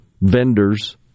vendors